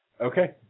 Okay